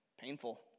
painful